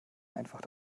einfach